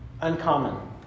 uncommon